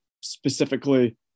Specifically